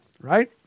right